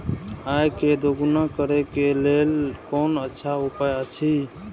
आय के दोगुणा करे के लेल कोन अच्छा उपाय अछि?